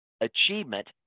achievement